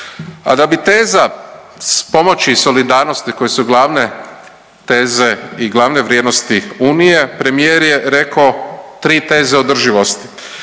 A da bi teza pomoći i solidarnosti koje su glavne teze i glavne vrijednosti Unije premijer je rekao tri teze održivosti,